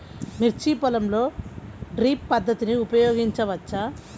మిర్చి పొలంలో డ్రిప్ పద్ధతిని ఉపయోగించవచ్చా?